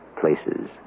places